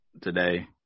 today